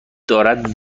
دارد